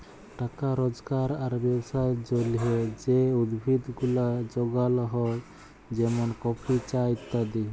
টাকা রজগার আর ব্যবসার জলহে যে উদ্ভিদ গুলা যগাল হ্যয় যেমন কফি, চা ইত্যাদি